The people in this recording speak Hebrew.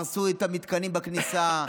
הרסו את המתקנים בכניסה,